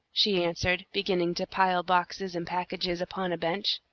she answered, beginning to pile boxes and packages upon a bench,